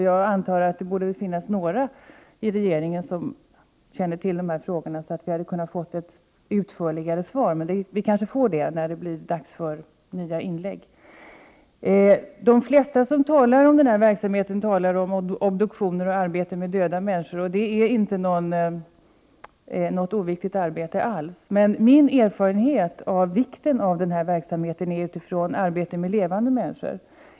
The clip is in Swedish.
Jag antar att det borde finnas några i regeringen med kännedom om dessa förhållanden som hade kunnat medverka till ett utförligare svar, men ett sådant kanske kommer när det blir dags för nya inlägg. De flesta som talar om denna verksamhet avser obduktioner och annat arbete med döda människor, vilket i och för sig inte är något oviktigt arbete. Men min erfarenhet av denna verksamhet härrör sig från arbete med levande människor.